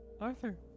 Arthur